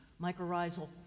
Mycorrhizal